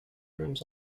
rooms